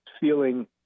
feeling